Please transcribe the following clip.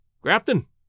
Grafton